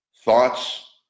thoughts